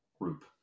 group